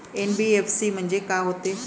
NBFC म्हणजे का होते?